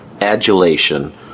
adulation